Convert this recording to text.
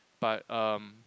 but um